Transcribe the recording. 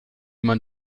man